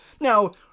Now